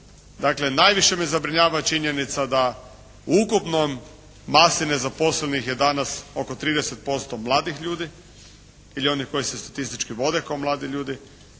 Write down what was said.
dakle najviše me zabrinjava činjenica da u ukupnom masi nezaposlenih je danas oko 30% mladih ljudi ili onih koji se statistički vode kao mladi ljudi.